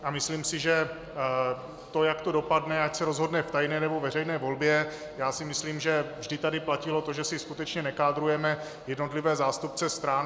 A myslím, že to, jak to dopadne, ať se rozhodne v tajné, nebo veřejné volbě, myslím, že vždy tady platilo to, že si skutečně nekádrujeme jednotlivé zástupce stran.